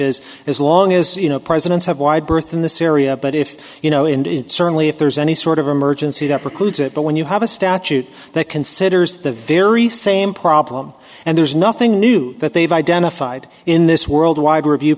is as long as you know presidents have wide berth in the syria but if you know and it's certainly if there's any sort of emergency that precludes it but when you have a statute that considers the very same problem and there's nothing new that they've identified in this worldwide review